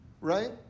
Right